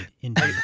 indeed